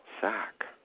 sack